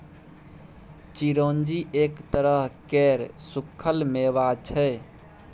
चिरौंजी एक तरह केर सुक्खल मेबा छै